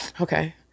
okay